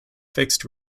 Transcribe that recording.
fixed